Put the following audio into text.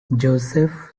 joseph